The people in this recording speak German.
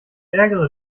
ärgere